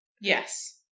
Yes